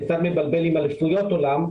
זה קצת מבלבל עם אליפויות עולם.